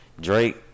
Drake